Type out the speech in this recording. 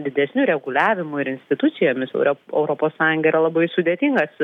didesniu reguliavimu ir institucijomis euro europos sąjunga yra labai sudėtingas